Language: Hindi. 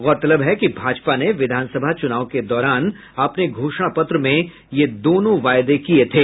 गौरतलब है कि भाजपा ने विधानसभा चुनाव के दौरान अपने घोषणा पत्र में ये दोनों वायदे किये थे